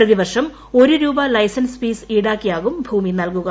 പ്രതിവർഷം ഒരു രൂപ ലൈസൻസ് ഫീസ് ഈടാക്കിയാകും ഭൂമി നൽകുക